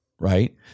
right